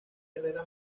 herrera